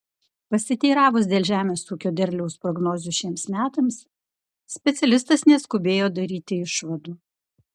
pasiteiravus dėl žemės ūkio derliaus prognozių šiems metams specialistas neskubėjo daryti išvadų